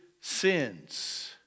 sins